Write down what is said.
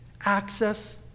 Access